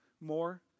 more